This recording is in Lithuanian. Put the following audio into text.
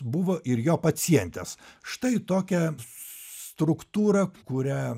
buvo ir jo pacientės štai tokią struktūra kurią